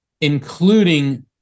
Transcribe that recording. including